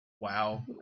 Wow